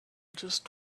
just